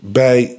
bij